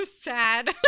sad